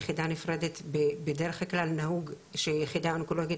יחידה נפרדת בדרך כלל נהוג שיחידה אונקולוגית